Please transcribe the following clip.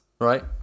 right